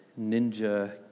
ninja